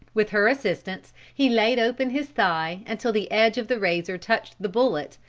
with her assistance he laid open his thigh until the edge of the razor touched the bullet,